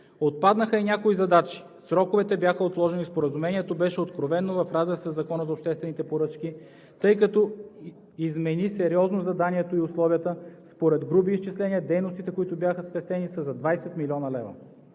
Отпаднаха и някои задачи, сроковете бяха отложени. Споразумението беше откровено в разрез със Закона за обществените поръчки, тъй като измени сериозно заданието и условията. Според груби изчисления, дейностите, които бяха спестени, са за 20 млн. лв.